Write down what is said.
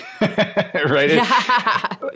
Right